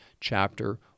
chapter